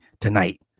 tonight